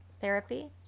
therapy